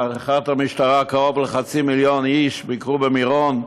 והערכת המשטרה שקרוב לחצי מיליון איש ביקרו במירון.